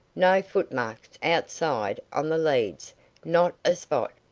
no footmarks outside on the leads not a spot.